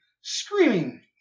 Screaming